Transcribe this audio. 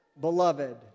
beloved